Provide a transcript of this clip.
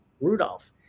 Rudolph